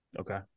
Okay